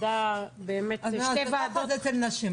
באמת שתי ועדות --- ככה זה אצל נשים.